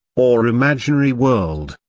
or imaginary world.